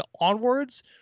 onwards